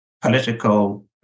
political